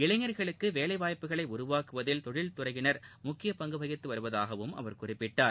இளைஞர்களுக்கு வேலைவாய்ப்புக்களை உருவாக்குவதில் தொழில்துறையினர் முக்கிய பங்கு வகித்து வருவதாகவும் அவர் குறிப்பிட்டார்